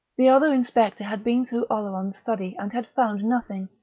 the other inspector had been through oleron's study and had found nothing,